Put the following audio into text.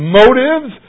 motives